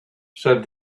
said